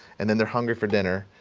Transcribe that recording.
and then they're hungry for dinner.